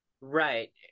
Right